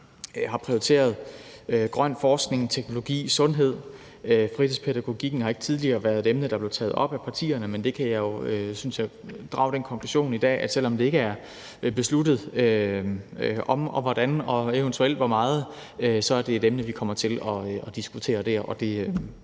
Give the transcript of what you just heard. vi har prioriteret: grøn forskning, teknologi, sundhed. Og fritidspædagogikken har ikke tidligere været et emne, der blev taget op af partierne, men jeg kan jo drage den konklusion i dag, at selv om det ikke er besluttet, om og hvordan og eventuelt hvor meget det skal være, så er det et emne, vi kommer til at diskutere der,